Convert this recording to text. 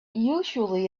usually